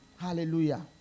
Hallelujah